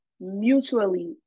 mutually